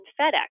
FedEx